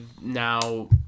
now